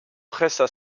pressa